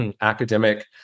academic